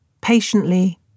Patiently